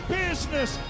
business